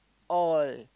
all